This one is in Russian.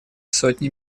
сотни